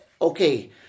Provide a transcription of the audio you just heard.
Okay